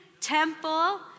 Temple